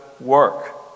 work